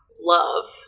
love